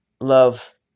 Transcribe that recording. Love